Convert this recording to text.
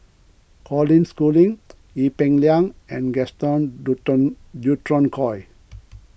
Colin Schooling Ee Peng Liang and Gaston Dutronquoy